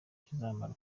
kizamara